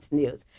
news